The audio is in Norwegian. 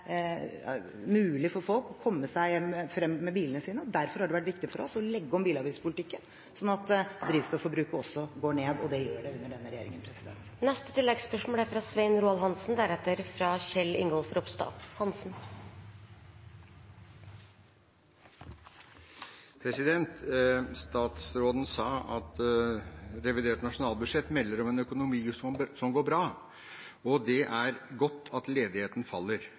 mulig for folk å komme seg frem med bilene sine. Derfor har det vært viktig for oss å legge om bilavgiftspolitikken, slik at drivstofforbruket går ned. Det gjør det under denne regjeringen. Svein Roald Hansen – til oppfølgingsspørsmål. Statsråden sa at revidert nasjonalbudsjett melder om en økonomi som går bra, og det er godt at ledigheten faller.